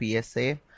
PSA